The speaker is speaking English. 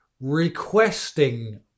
requesting